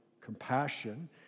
compassion